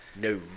No